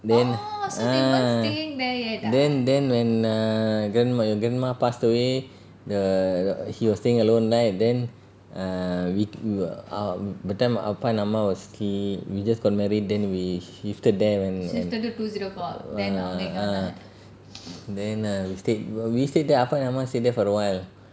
then ah then when err grandma your grandma passed away the th~ she was staying alone right then err we we err um that time ah pa and ah ma were sick we just got married then we shifted there when err ah ah then err we stayed err we stayed there ah pa and ah ma stayed there for a while